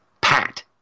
pat